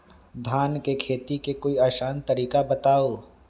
धान के खेती के कोई आसान तरिका बताउ?